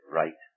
right